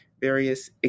various